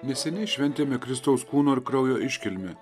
neseniai šventėme kristaus kūno ir kraujo iškilmę